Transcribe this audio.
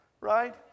right